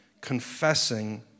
confessing